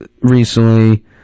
recently